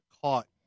caught